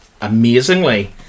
amazingly